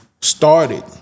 started